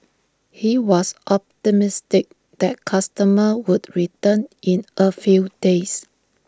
he was optimistic that customers would return in A few days